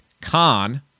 Khan